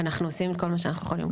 אנחנו עושים כל מה שאנחנו יכולים.